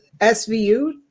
SVU